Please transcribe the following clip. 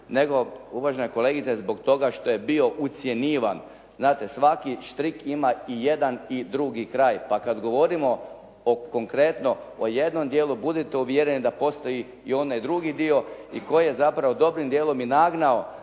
nego uvažena kolegice zbog toga što je bio ucjenjivan. Znate svaki štrik ima i jedan i drugi kraj, pa kad govorimo o konkreno o jednom dijelu, budite uvjereni da postoji i onaj drugi dio i tko je zapravo dobrim dijelom i nagnao